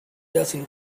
doesn’t